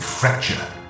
Fracture